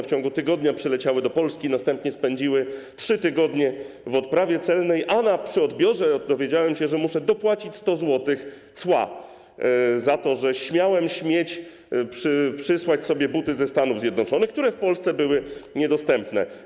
W ciągu tygodnia przyleciały do Polski, następnie spędziły 3 tygodnie w odprawie celnej, a przy odbiorze dowiedziałem się, że muszę dopłacić 100 zł cła za to, że śmiałem przysłać sobie ze Stanów Zjednoczonych buty, które w Polsce były niedostępne.